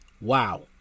Wow